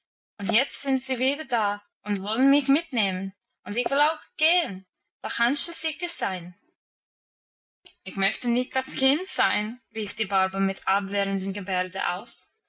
und jetzt sind sie wieder da und wollen mich mitnehmen und ich will auch gehen da kannst du sicher sein ich möchte nicht das kind sein rief die barbel mit abwehrender gebärde aus